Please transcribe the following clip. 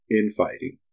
infighting